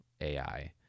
AI